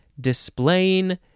Displaying